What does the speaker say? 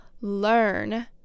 learn